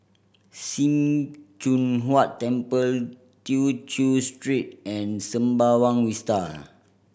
Sim Choon Huat Temple Tew Chew Street and Sembawang Vista